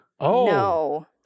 No